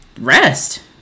rest